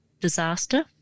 disaster